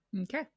Okay